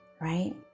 Right